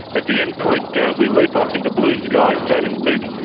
at the end point we leap off into blue skies, so to speak,